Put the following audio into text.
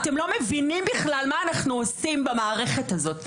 אתם לא מבינים בכלל מה אנחנו עושים במערכת הזאת.